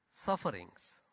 sufferings